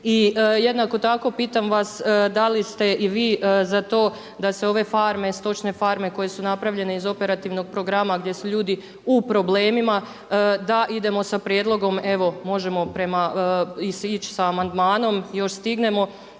I jednako tako pitam vas, da li ste i vi za to da se ove stočne farme koje su napravljene iz Operativnog programa gdje su ljudi u problemima da idemo sa prijedlogom evo možemo prema ići sa amandmanom još stignemo,